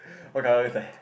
what colour is the